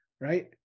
right